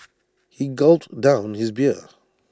he gulped down his beer